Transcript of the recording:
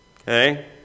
Okay